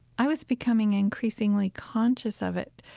i was becoming increasingly conscious of it,